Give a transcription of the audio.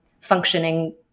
functioning